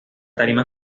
tarima